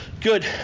Good